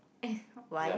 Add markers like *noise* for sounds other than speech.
*breath* why